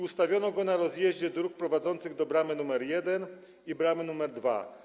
Ustawiono go na rozjeździe dróg prowadzących do bramy nr 1 i bramy nr 2.